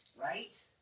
right